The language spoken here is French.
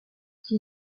qui